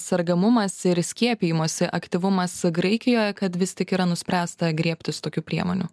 sergamumas ir skiepijimosi aktyvumas graikijoje kad vis tik yra nuspręsta griebtis tokių priemonių